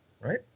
right